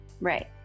Right